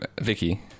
Vicky